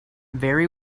very